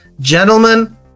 gentlemen